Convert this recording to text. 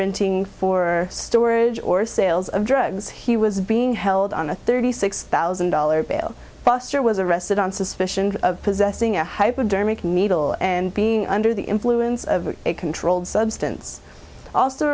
renting for storage or sales of drugs he was being held on a thirty six thousand dollars bail buster was arrested on suspicion of possessing a hypodermic needle and being under the influence of a controlled substance also